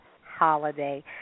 holiday